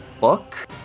book